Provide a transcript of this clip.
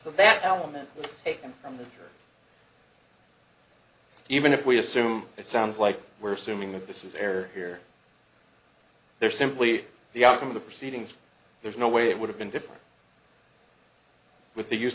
that element that's taken from them even if we assume it sounds like we're suing that this is air here there simply the outcome of the proceedings there's no way it would have been different with the use